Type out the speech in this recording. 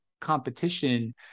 competition